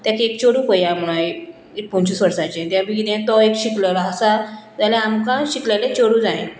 तेका एक चेडूं पया म्हणोन एक पंचवीस वर्सांचें तें बी किदें तो एक शिकलेलो आसा जाल्यार आमकां शिकलेलें चेडूं जाय